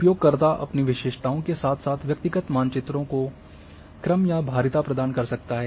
उपयोगकर्ता अपनी विशेषताओं के साथ साथ व्यक्तिगत मानचित्रों को क्रम या भारिता प्रदान कर सकता है